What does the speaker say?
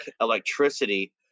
electricity